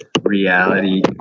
reality